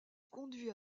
conduit